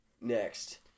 next